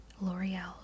L'Oreal